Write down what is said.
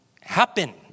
happen